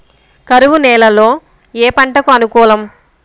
కరువు నేలలో ఏ పంటకు అనుకూలం?